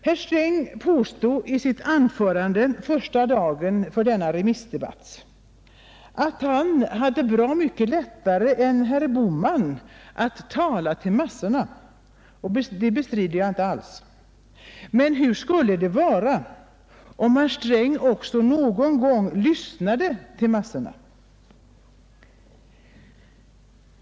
Herr Sträng påstod i sitt anförande första dagen under denna remissdebatt att han hade bra mycket lättare än herr Bohman att tala till massorna — och detta bestrider jag inte alls — men hur skulle det vara om herr Sträng också någon gång lyssnade till massorna.